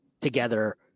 together